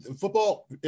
football